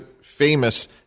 famous